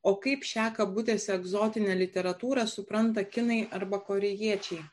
o kaip šią kabutėse egzotinę literatūrą supranta kinai arba korėjiečiai